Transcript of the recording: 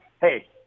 hey